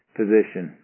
position